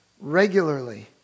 regularly